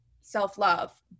self-love